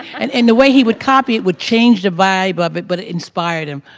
and and the way he would copy it would change the vibe of it, but it inspired him.